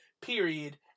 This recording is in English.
period